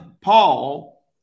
Paul